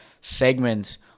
segments